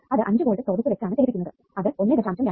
അത് 5 വോൾട്ട് സ്രോതസ്സ് വെച്ചാണ് ചലിപ്പിക്കുന്നത് അത് 1